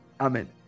Amen